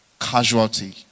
casualty